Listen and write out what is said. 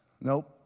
Nope